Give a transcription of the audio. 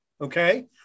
Okay